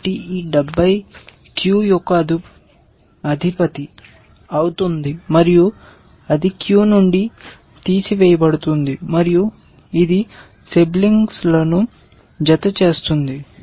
కాబట్టి ఈ 70 క్యూ యొక్క అధిపతి అవుతుంది మరియు అది క్యూ నుండి తీసివేయబడుతుంది మరియు ఇది సిబ్లింగ్స్లను జతచేస్తుంది